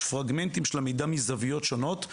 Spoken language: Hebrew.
יש פרגמנטים של המידע מזוויות שונות.